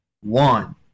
one